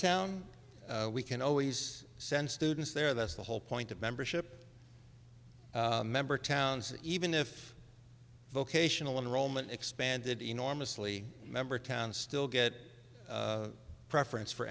town we can always send students there that's the whole point of membership member towns even if vocational enrollment expanded enormously member towns still get preference for